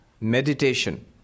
meditation